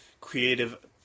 creative